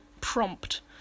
prompt